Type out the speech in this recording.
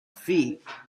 feet